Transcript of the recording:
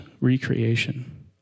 recreation